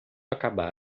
acaba